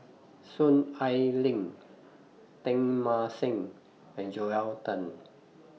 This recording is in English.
Soon Ai Ling Teng Mah Seng and Joel Tan